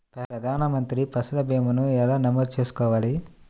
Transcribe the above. ప్రధాన మంత్రి పసల్ భీమాను ఎలా నమోదు చేసుకోవాలి?